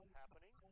happening